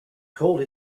called